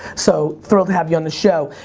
so thrilled to have you on the show.